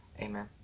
Amen